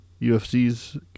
UFC's